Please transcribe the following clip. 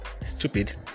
stupid